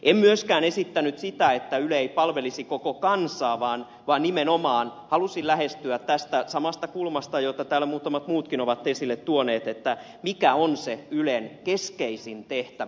en myöskään esittänyt sitä että yle ei palvelisi koko kansaa vaan nimenomaan halusin lähestyä tästä samasta kulmasta jota täällä muutamat muutkin ovat esille tuoneet että mikä on se ylen keskeisin tehtävä